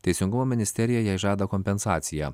teisingumo ministerija jai žada kompensaciją